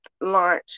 launch